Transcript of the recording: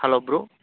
hello bro